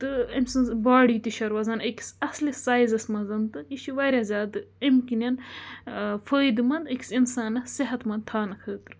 تہٕ أمۍ سٕنٛز باڈی تہِ چھےٚ روزان أکِس اَصلِس سایزَس منٛز تہٕ یہِ چھِ واریاہ زیادٕ اَمۍ کِنٮ۪ن فٲیدٕ مَنٛد أکِس اِنسانَس صحت منٛد تھاونہٕ خٲطرٕ